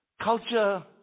culture